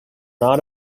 not